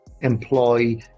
employ